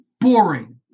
boring